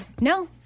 No